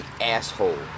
asshole